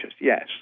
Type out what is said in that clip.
yes